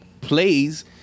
plays